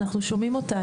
אנחנו שומעים אותה,